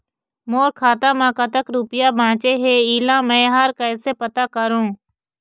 मोर खाता म कतक रुपया बांचे हे, इला मैं हर कैसे पता करों?